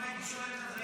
אם הייתי שולט על זה,